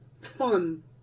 fun